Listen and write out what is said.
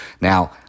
Now